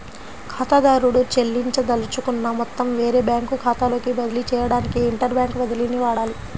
ఖాతాదారుడు చెల్లించదలుచుకున్న మొత్తం వేరే బ్యాంకు ఖాతాలోకి బదిలీ చేయడానికి ఇంటర్ బ్యాంక్ బదిలీని వాడాలి